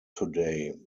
today